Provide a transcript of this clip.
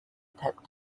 attempt